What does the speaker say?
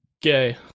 gay